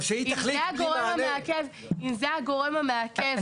אם זה הגורם המעכב,